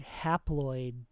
haploid